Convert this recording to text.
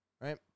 right